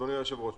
אדוני היושב-ראש,